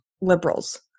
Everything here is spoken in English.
liberals